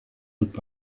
und